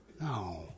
no